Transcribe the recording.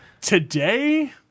Today